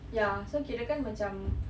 ya so kirakan macam